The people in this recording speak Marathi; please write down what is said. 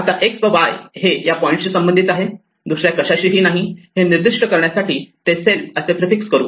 आता X व Y हे या पॉईंटशी संबंधित आहेत दुसऱ्या कशाशी ही नाही हे निर्दिष्ट करण्यासाठी आपण ते सेल्फ असे प्रिफिक्स करू